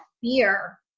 fear